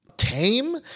tame